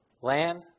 land